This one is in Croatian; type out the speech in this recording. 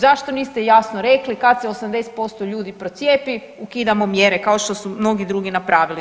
Zašto niste jasno rekli kad se 80% ljudi procijepi ukidamo mjere kao što su mnogi drugi napravili?